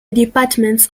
departments